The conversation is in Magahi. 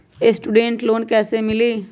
स्टूडेंट लोन कैसे मिली?